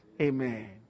Amen